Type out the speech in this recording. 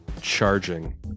Charging